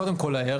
קודם כל הערך.